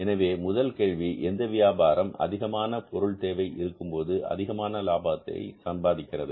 எனவே முதல் கேள்வி எந்த வியாபாரம் அதிகமான பொருள் தேவை இருக்கும்போது அதிகமான லாபத்தை சம்பாதிக்கிறது